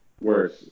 worse